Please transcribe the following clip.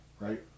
right